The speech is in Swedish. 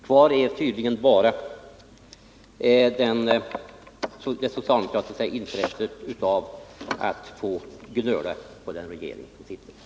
Kvar finns tydligen bara det socialdemokratiska intresset av att få gnöla över den sittande regeringens åtgärder.